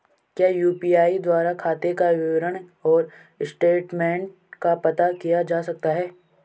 क्या यु.पी.आई द्वारा खाते का विवरण और स्टेटमेंट का पता किया जा सकता है?